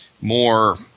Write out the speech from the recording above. more